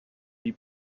wie